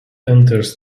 enters